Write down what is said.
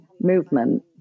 movement